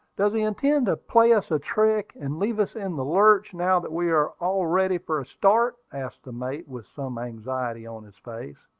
does he intend to play us a trick, and leave us in the lurch, now that we are all ready for a start? asked the mate, with some anxiety on his face.